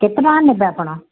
କେତେ ଟଙ୍କା ନେବେ ଆପଣ